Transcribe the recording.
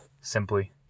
Simply